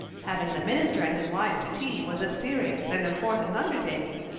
having the minister and his wife to tea was a serious and important undertaking,